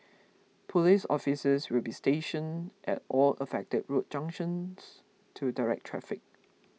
police officers will be stationed at all affected road junctions to direct traffic